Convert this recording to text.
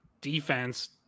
defense